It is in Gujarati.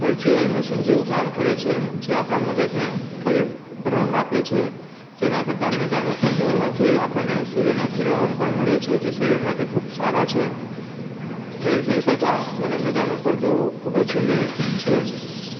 પ્રચુયલ મસીન જેવું કામ કરે છે જે આપણા મગજને ખાલી ભ્રમ આપે છે તેના કરતાં મેદાન ઉપર દોડવાથી આપણને સૂર્યના કિરણો પણ મળે છે જે શરીર માટે ખૂબ સારા છે ટ્રેડમિલ કરતાં મને મેદાન ઉપર દોડવું ખૂબ જ ગમે છે